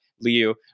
Liu